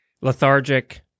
Lethargic